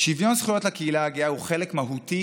"שוויון זכויות לקהילה הגאה הוא חלק מהותי